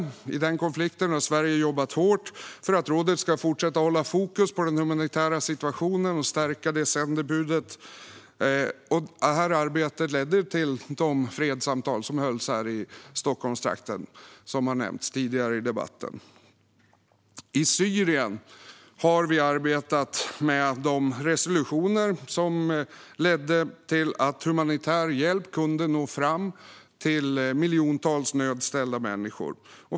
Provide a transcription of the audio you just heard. I den konflikten har Sverige jobbat hårt för att rådet ska fortsätta att hålla fokus på den humanitära situationen och stärka sändebudet. Arbetet ledde till de fredssamtal som hölls här i Stockholmstrakten, något som har nämnts tidigare i debatten. När det gäller Syrien har vi arbetat med de resolutioner som ledde till att humanitär hjälp kunde nå fram till miljoner nödställda människor.